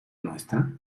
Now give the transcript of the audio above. nuestra